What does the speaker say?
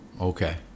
Okay